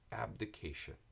abdication